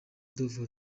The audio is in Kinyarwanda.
dove